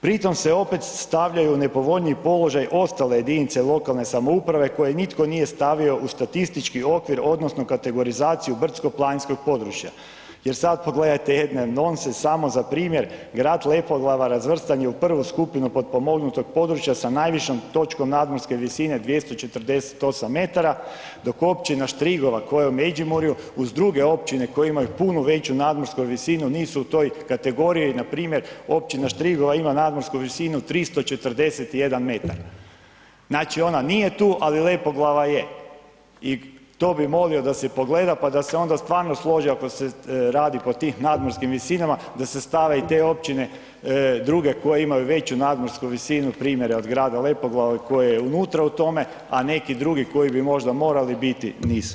Pritom se opet stavljaju u nepovoljniji položaj ostale jedinice lokalne samouprave koje nitko nije stavio u statistički okvir odnosno kategorizaciju brdsko-planinskog područja jer sad pogledajte jedan nonsens, samo za primjer grad Lepoglava razvrstan je u I. skupinu potpomognutog područja sa najvišom točkom nadmorske visine, 248 m dok općina Štrigova koja je u Međimurju, uz druge općine koje imaju puno veću nadmorsku visinu, nisu u toj kategoriji, npr. općina Štrigova ima nadmorsku visinu 341 m, znači ona nije tu ali Lepoglava je i to bi molio da se pogleda pa da se onda stvarno slože ako se radi kod tih nadmorskih visinama da se stave i te općine druge koje imaju veću nadmorsku visinu primjera od grada Lepoglave koji je unutra u tome a neki drugi koji bi možda morali biti, nisu.